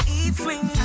evening